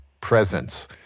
presence